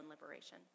liberation